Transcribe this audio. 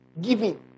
giving